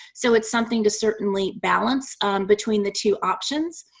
so it's something to certainly balance between the two options.